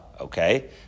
okay